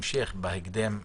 בהמשך בהקדם האפשרי,